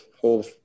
whole